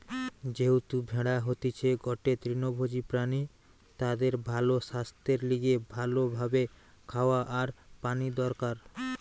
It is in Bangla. যেহেতু ভেড়া হতিছে গটে তৃণভোজী প্রাণী তাদের ভালো সাস্থের লিগে ভালো ভাবে খাওয়া আর পানি দরকার